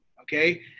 Okay